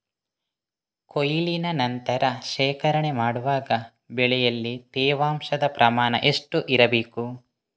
ಕೊಯ್ಲಿನ ನಂತರ ಶೇಖರಣೆ ಮಾಡುವಾಗ ಬೆಳೆಯಲ್ಲಿ ತೇವಾಂಶದ ಪ್ರಮಾಣ ಎಷ್ಟು ಇರಬೇಕು?